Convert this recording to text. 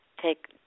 take